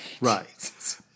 Right